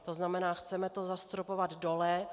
To znamená, chceme to zastropovat dole.